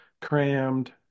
crammed